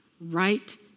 right